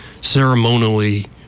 ceremonially